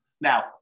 Now